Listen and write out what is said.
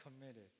committed